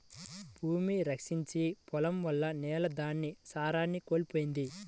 భూమి క్షీణించి పోడం వల్ల నేల దాని సారాన్ని కోల్పోయిద్ది